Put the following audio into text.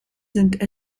sind